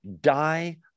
die